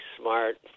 smart